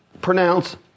pronounce